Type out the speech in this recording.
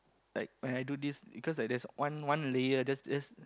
like when I do this because like there's one one layer just just